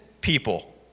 people